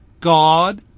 God